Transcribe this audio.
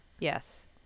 yes